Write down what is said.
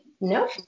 No